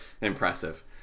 impressive